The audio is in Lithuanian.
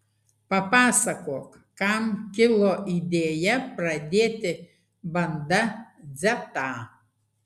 papasakok kam kilo idėja pradėti banda dzetą